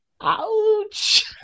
Ouch